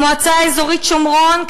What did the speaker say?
המועצה האזורית שומרון,